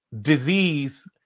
disease